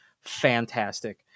fantastic